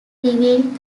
revealed